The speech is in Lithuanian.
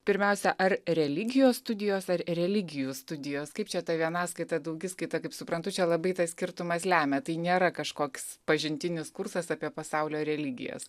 pirmiausia ar religijos studijos ar religijų studijos kaip čia ta vienaskaita daugiskaita kaip suprantu čia labai tas skirtumas lemia tai nėra kažkoks pažintinis kursas apie pasaulio religijas